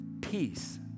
peace